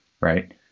right